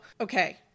okay